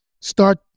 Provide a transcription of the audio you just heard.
Start